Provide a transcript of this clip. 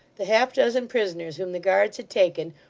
the half-dozen prisoners whom the guards had taken,